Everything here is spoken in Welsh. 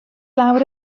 lawr